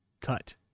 Cut